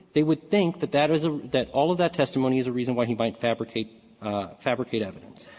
they would think that that is ah that all of that testimony is the reason why he might fabricate fabricate evidence.